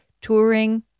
touring